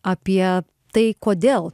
apie tai kodėl